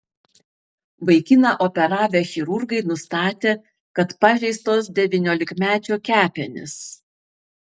vaikiną operavę chirurgai nustatė kad pažeistos devyniolikmečio kepenys